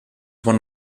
one